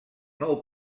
nou